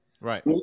Right